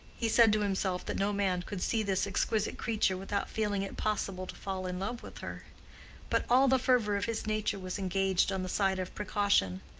he said to himself that no man could see this exquisite creature without feeling it possible to fall in love with her but all the fervor of his nature was engaged on the side of precaution.